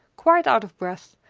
quite out of breath,